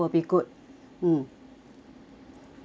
mm mm